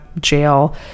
jail